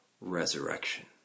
resurrection